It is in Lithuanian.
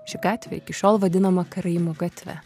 ši gatvė iki šiol vadinama karaimų gatve